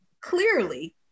Clearly